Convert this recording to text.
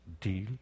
deal